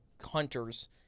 hunters